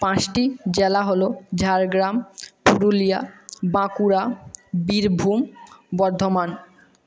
পাঁচটি জেলা হল ঝাড়গ্রাম পুরুলিয়া বাঁকুড়া বীরভূম বর্ধমান